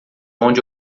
onde